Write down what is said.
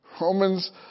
Romans